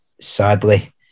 sadly